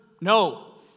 No